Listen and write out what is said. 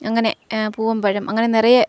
അങ്ങനെ പൂവന്പഴം അങ്ങനെ നിറയെ